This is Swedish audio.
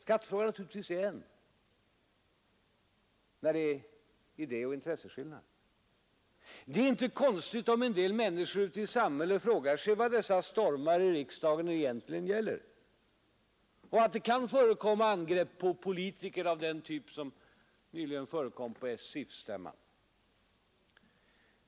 Skattefrågan är naturligtvis en, när det är idé och intresseskillnader. Det är inte konstigt om en del människor ute i samhället frågar sig, vad dessa stormar i riksdagen egentligen gäller, och att det kan förekomma angrepp på politiker av den typ som nyligen förekom på SIF-stämman.